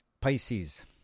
Pisces